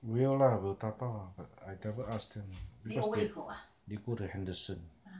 will lah will dabao ah but I never ask them because they they go to henderson